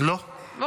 לא, לא.